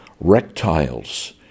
reptiles